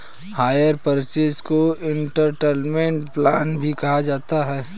higher purchase को instalment plan भी कहा जाता है